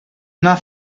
una